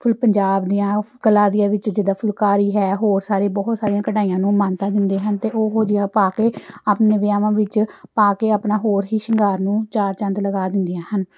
ਫੁਲ ਪੰਜਾਬ ਦੀਆਂ ਕਲਾ ਦੀਆਂ ਵਿੱਚ ਜਿੱਦਾਂ ਫੁਲਕਾਰੀ ਹੈ ਹੋਰ ਸਾਰੇ ਬਹੁਤ ਸਾਰੀਆਂ ਕਢਾਈਆਂ ਨੂੰ ਮਾਨਤਾ ਦਿੰਦੇ ਹਨ ਅਤੇ ਉਹੋ ਜਿਹਾ ਪਾ ਕੇ ਆਪਣੇ ਵਿਆਹਾਂ ਵਿੱਚ ਪਾ ਕੇ ਆਪਣਾ ਹੋਰ ਹੀ ਸ਼ਿੰਗਾਰ ਨੂੰ ਚਾਰ ਚੰਦ ਲਗਾ ਦਿੰਦੀਆਂ ਹਨ